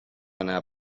anar